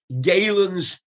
Galen's